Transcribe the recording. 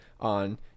on